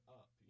up